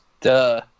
Duh